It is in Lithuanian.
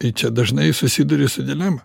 tai čia dažnai susiduri su dilema